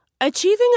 Achieving